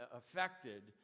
affected